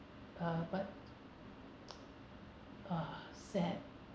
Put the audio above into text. uh but ah sad